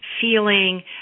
feeling